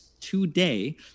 today